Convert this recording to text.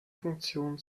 funktion